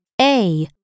-A